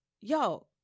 yo